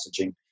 messaging